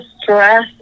stress